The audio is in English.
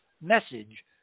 message